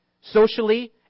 socially